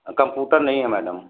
computer नहीं है madam